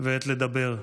ועת לדבר.